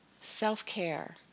self-care